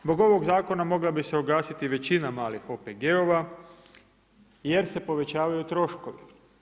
Zbog ovog zakona mogla bi se ugasiti većina malih OPG-ova jer se povećavaju troškovi.